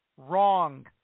wrong